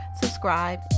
subscribe